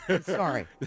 Sorry